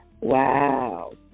wow